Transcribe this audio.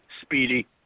Speedy